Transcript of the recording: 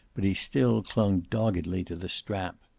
but he still clung doggedly to the strap.